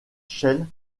shell